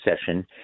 session